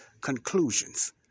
conclusions